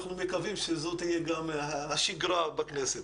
אנחנו מקווים שזאת תהיה גם השגרה בכנסת.